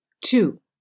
Two